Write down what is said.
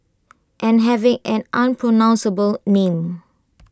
and having an unpronounceable name